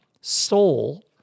Soul